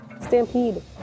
Stampede